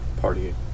Party